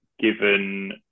Given